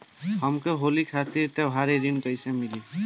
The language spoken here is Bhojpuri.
हमके होली खातिर त्योहारी ऋण कइसे मीली?